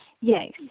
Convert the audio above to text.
Yes